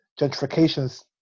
gentrification's